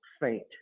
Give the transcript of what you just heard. Faint